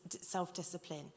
self-discipline